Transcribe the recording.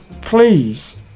please